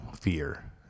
fear